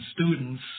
students